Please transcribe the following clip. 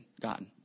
gotten